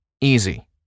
easy